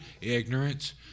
Ignorance